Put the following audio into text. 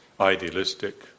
idealistic